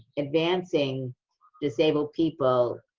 advancing disabled people